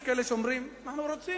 יש כאלה שאומרים: אנחנו רוצים,